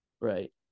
Right